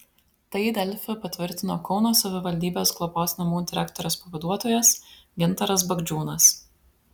tai delfi patvirtino kauno savivaldybės globos namų direktorės pavaduotojas gintaras bagdžiūnas